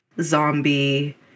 zombie